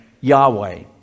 Yahweh